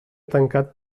tancat